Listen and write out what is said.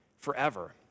forever